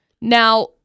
Now